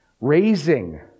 Raising